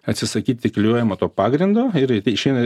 atsisakyti klijuojamo to pagrindo ir išeina